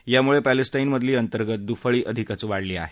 यामुळे पॅलेस्टाईमधली अंतर्गत दुफळी अधिकच वाढली आहे